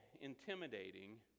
intimidating